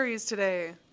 today